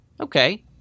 Okay